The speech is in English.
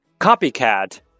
Copycat